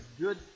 good